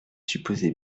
supposé